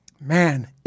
man